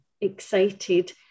excited